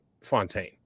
Fontaine